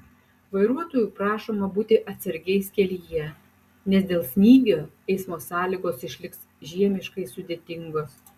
vairuotojų prašoma būti atsargiais kelyje nes dėl snygio eismo sąlygos išliks žiemiškai sudėtingos